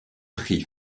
prix